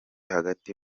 hagati